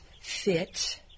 fit